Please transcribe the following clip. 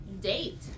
date